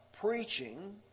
Preaching